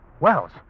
Wells